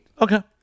Okay